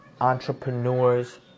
entrepreneurs